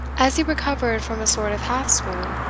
as he recovered from a sort of half swoon,